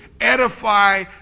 edify